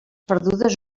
perdudes